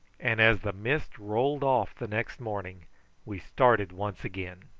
and as the mist rolled off the next morning we started once again.